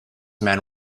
man